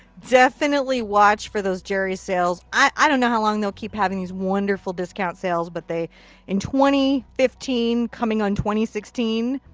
definitely watch for those jerry's sales. i don't know how long they'll keep having those wonderful discount sales, but they in twenty fifteen, coming on twenty sixteen